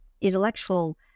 intellectual